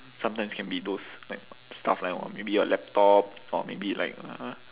sometimes can be those like stuff like or maybe your laptop or maybe like uh